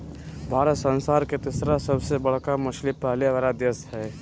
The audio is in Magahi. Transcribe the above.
भारत संसार के तिसरा सबसे बडका मछली पाले वाला देश हइ